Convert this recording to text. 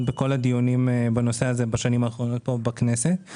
בכל הדיונים שנערכו בנושא הזה בשנים האחרונות בכנסת.